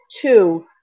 two